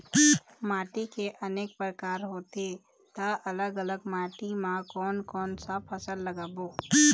माटी के अनेक प्रकार होथे ता अलग अलग माटी मा कोन कौन सा फसल लगाबो?